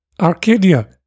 Arcadia